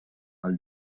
għal